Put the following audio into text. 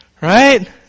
Right